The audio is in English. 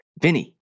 Vinny